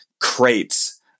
crates